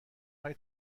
های